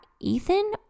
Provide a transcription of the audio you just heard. Ethan